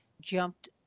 jumped